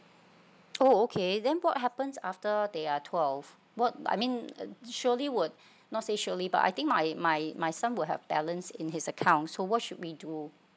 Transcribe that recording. oh okay then what happens after they are twelve what I mean uh surely will not say surely but I think my my my son will have balance in his account so what should we do